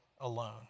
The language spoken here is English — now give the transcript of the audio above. alone